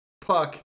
Puck